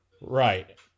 Right